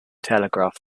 telegraph